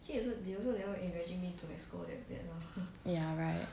ya right